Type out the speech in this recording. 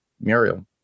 Muriel